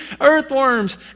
earthworms